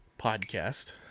podcast